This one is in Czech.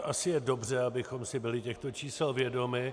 Asi je dobře, abychom si byli těchto čísel vědomi.